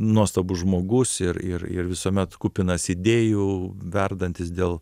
nuostabus žmogus ir ir ir visuomet kupinas idėjų verdantis dėl